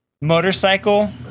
Motorcycle